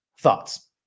Thoughts